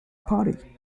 party